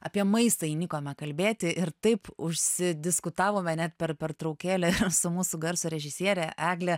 apie maistą įnikome kalbėti ir taip užsi diskutavome net per pertraukėlę su mūsų garso režisiere egle